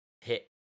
hit